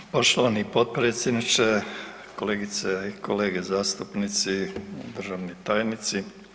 Poštovani potpredsjedniče, kolegice i kolege zastupnici, državni tajnici.